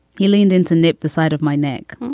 he leaned into gnip, the side of my neck.